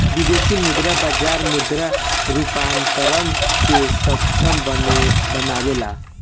विदेशी मुद्रा बाजार मुद्रा रूपांतरण के सक्षम बनावेला